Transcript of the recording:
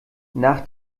nach